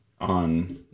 on